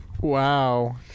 Wow